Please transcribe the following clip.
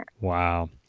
wow